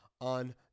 On